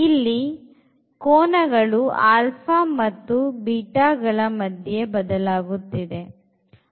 ಇಲ್ಲಿ ಕೋನಗಳು α ಮತ್ತು β ಗಳ ಮಧ್ಯೆ ಬದಲಾಗುತ್ತದೆ